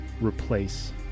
replace